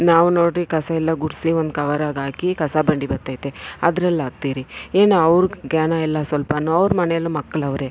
ನಾವು ನೋಡ್ರಿ ಕಸ ಎಲ್ಲ ಗುಡಿಸಿ ಒಂದು ಕವರಾಗೆ ಹಾಕಿ ಕಸ ಬಂಡಿ ಬರ್ತೈತೆ ಅದ್ರಲ್ಲಿ ಹಾಕ್ತೀರಿ ಏನು ಅವ್ರಿಗೆ ಜ್ಞಾನಯಿಲ್ಲ ಸ್ವಲ್ಪವೂ ಅವ್ರ ಮನೆಲು ಮಕ್ಳು ಅವ್ರೆ